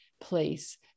place